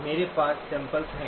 मेरे पास सैम्पल्स हैं